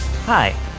Hi